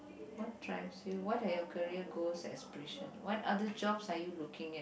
what drives you what are your career goes expression what other jobs are you looking at